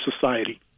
society